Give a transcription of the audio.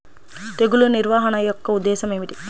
తెగులు నిర్వహణ యొక్క ఉద్దేశం ఏమిటి?